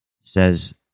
says